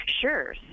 Sure